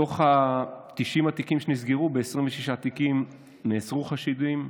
מתוך 90 התיקים שנסגרו, ב-26 תיקים נעצרו חשודים,